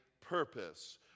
purpose